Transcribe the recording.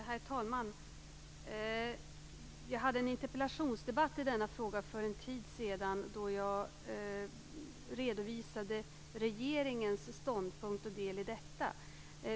Herr talman! Jag hade en interpellationsdebatt i denna fråga för en tid sedan, då jag redovisade regeringens ståndpunkt och del i detta.